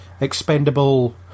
expendable